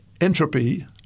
entropy